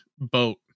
boat